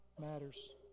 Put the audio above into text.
matters